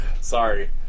Sorry